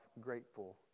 grateful